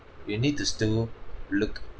you need to still look